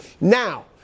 Now